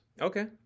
Okay